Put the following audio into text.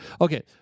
Okay